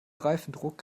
reifendruck